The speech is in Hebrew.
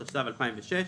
התשס"ו-2006,"